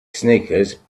sneakers